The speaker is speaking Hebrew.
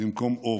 במקום אור,